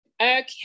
Okay